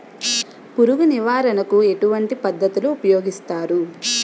పురుగు నివారణ కు ఎటువంటి పద్ధతులు ఊపయోగిస్తారు?